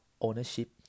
ownership